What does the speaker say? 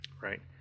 right